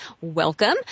welcome